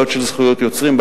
בעיות של זכויות יוצרים,